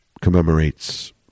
commemorates